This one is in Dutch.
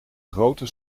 grote